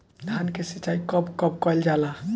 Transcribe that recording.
धान के सिचाई कब कब कएल जाला?